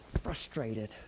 frustrated